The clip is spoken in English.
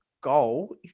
goal